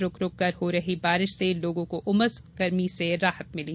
रूकरूक होकर हो रही बारिश से लोगों को उमस गर्मी से राहत मिली